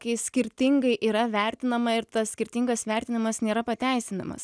kai skirtingai yra vertinama ir tas skirtingas vertinimas nėra pateisinamas